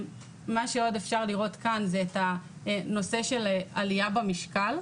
מה שעוד אפשר לראות כאן זה את הנושא של עלייה במשקל,